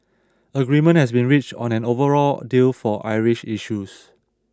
agreement has been reached on an overall deal for Irish issues